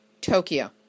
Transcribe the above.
Tokyo